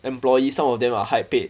employees some of them are high paid